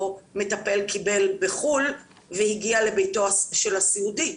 מטפל קיבל בחו"ל והגיע לביתו של הסיעודי.